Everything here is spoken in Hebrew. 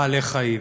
בעלי חיים.